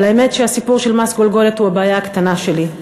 אבל האמת שהסיפור של מס גולגולת הוא הבעיה הקטנה שלי.